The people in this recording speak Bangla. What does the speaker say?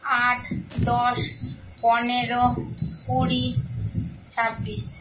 আট দশ পনেরো কুড়ি ছাব্বিশ